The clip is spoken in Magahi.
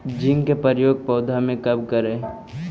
जिंक के प्रयोग पौधा मे कब करे?